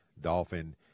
dolphin